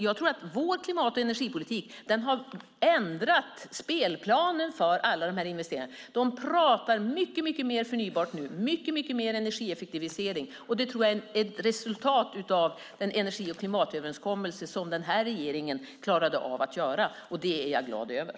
Jag tror att vår klimat och energipolitik har ändrat spelplanen för alla dessa investeringar. Dessa bolag talar mycket mer om förnybar energi och mycket mer om energieffektiviseringar, vilket jag tror är ett resultat av den energi och klimatöverenskommelse som denna regering klarade av att göra, och det är jag glad över.